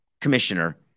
commissioner